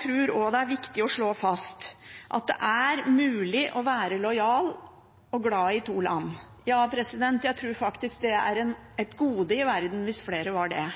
tror også det er viktig å slå fast at det er mulig å være lojal mot og glad i to land. Ja, jeg tror faktisk det er et gode i verden hvis flere var det,